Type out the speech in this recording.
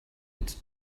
its